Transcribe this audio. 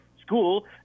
school